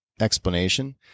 explanation